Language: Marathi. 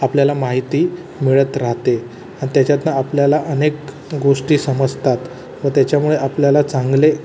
आपल्याला माहिती मिळत राहते आणि त्याच्यातून आपल्याला अनेक गोष्टी समजतात व त्याच्यामुळे आपल्याला चांगले